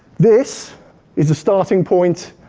this is a starting point